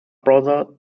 brother